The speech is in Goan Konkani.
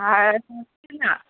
ना